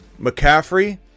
McCaffrey